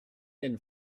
been